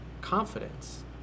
confidence